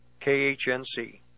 KHNC